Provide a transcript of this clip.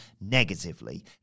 negatively